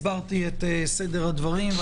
הסברתי את סדר הדברים.